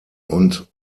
und